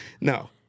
no